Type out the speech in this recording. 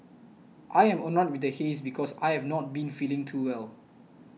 I am annoyed with the haze because I have not been feeling too well